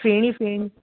feni feni